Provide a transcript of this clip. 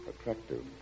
attractive